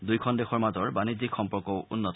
দুয়োখন দেশৰ মাজৰ বাণিজ্যিক সম্পৰ্কও উন্নত